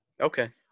Okay